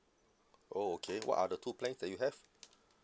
oh okay what are the two plans that you have